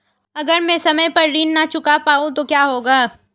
अगर म ैं समय पर ऋण न चुका पाउँ तो क्या होगा?